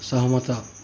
ସହମତ